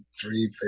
three